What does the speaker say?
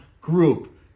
group